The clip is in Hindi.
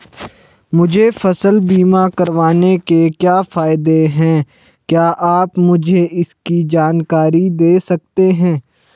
मुझे फसल बीमा करवाने के क्या फायदे हैं क्या आप मुझे इसकी जानकारी दें सकते हैं?